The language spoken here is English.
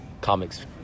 comics